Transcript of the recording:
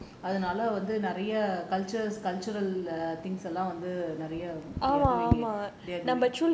அதுனால வந்து நிறைய:athunala vanthu niraiya culture cultural things வந்து நிறைய:vanthu niraiya they are doing it they are doing